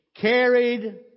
carried